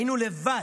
היינו לבד,